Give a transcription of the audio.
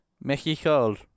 Mexico